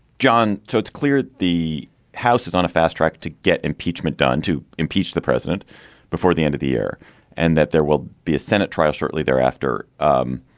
john, so it's clear the house is on a fast track to get impeachment done to impeach the president before the end of the year and that there will be a senate trial shortly thereafter. um